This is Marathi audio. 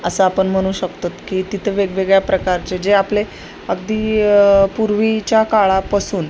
असं आपण म्हणु शकतो की तिथं वेगवेगळ्या प्रकारचे जे आपले अगदी पूर्वीच्या काळापासून